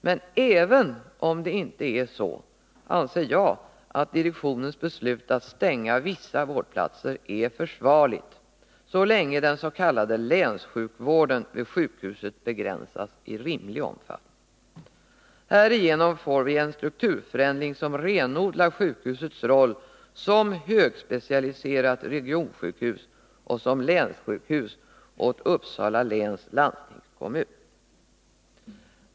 Men även om så inte är fallet, anser jag att direktionens beslut att stänga vissa vårdplatser är försvarligt så länge den s.k. länssjukvården vid sjukhuset begränsas i rimlig omfattning. Härigenom får vi en strukturförändring som renodlar sjukhusets roll som högspecialiserat regionsjukhus och som länssjukhus åt Uppsala läns landstingskommun.